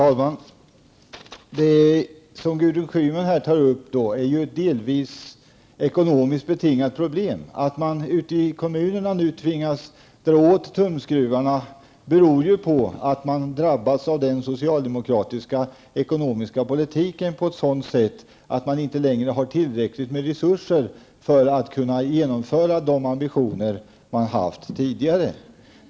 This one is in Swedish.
Herr talman! Det som Gudrun Schyman tar upp är ett delvis ekonomiskt betingat problem. Att man ute i kommunerna nu tvingas dra åt tumskruvarna beror ju på att man drabbas av den socialdemokratiska ekonomiska politiken på ett sådant sätt att man inte längre har tillräckligt med resurser för att kunna genomföra de ambitioner man haft tidigare.